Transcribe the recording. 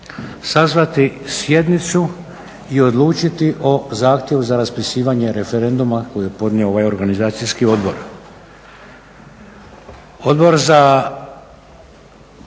sazvati sjednicu i odlučiti o zahtjevu za raspisivanje referenduma koji je podnio ovaj organizacijski odbor. Hrvatski